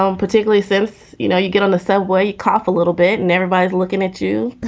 um particularly since, you know, you get on the subway, cough a little bit and everybody is looking at you.